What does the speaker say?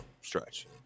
stretch